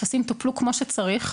הטפסים טופלו כמו שצריך.